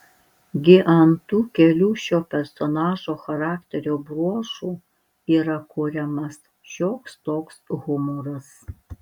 gi ant tų kelių šio personažo charakterio bruožų yra kuriamas šioks toks humoras